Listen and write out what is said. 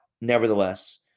nevertheless